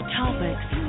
topics